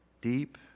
deep